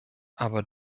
aber